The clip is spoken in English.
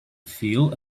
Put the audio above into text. feel